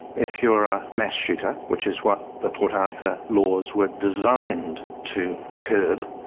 if you're a mass shooter, which is what the port arthur laws were designed to curb,